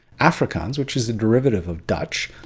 afrikaans which is a derivative of dutch,